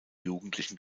jugendlichen